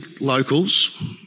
locals